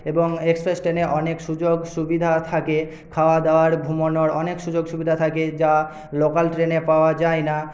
এবং এক্সপেস ট্রেনে অনেক সুযোগ সুবিধা থাকে খাওয়াদাওয়ার ঘুমোনোর অনেক সুযোগসুবিধা থাকে যা লোকাল ট্রেনে পাওয়া যায় না